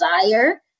desire